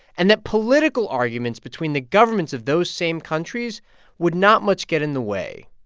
and that political arguments between the governments of those same countries would not much get in the way.